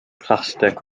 plastig